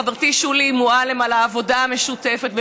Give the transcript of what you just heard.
לחברתי שולי מועלם על העבודה המשותפת,